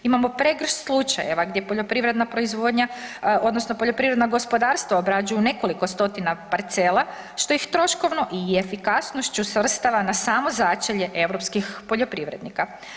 Imamo pregršt slučajeva gdje poljoprivredna proizvodnja odnosno poljoprivredna gospodarstva obrađuju nekoliko stotina parcela što ih troškovno i efikasnošću svrstava na samo začelje europskih poljoprivrednika.